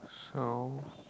so